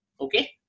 okay